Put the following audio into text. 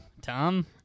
Tom